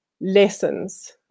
lessons